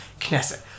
Knesset